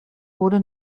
wurde